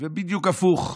ובדיוק הפוך.